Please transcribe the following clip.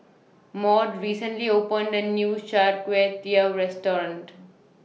Maude recently opened A New Char Kway Teow Restaurant